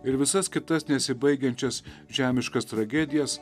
ir visas kitas nesibaigiančias žemiškas tragedijas